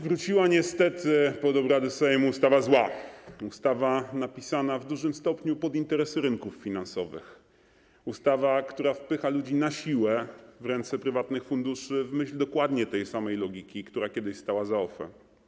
Wróciła niestety pod obrady Sejmu ustawa zła, ustawa napisana w dużym stopniu pod interesy rynków finansowych, ustawa, która wpycha ludzi na siłę w ręce prywatnych funduszy w myśl dokładnie tej samej logiki, która kiedyś stała za OFE.